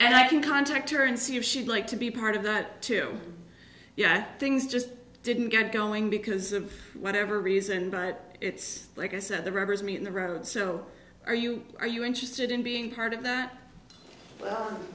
and i can contact her and see if she'd like to be part of that too yeah things just didn't get going because of whatever reason but it's like i said the rivers meet in the road so are you are you interested in being part of that